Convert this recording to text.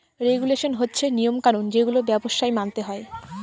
regulation হচ্ছে নিয়ম কানুন যেগুলো ব্যবসায় মানতে হয়